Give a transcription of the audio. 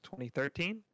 2013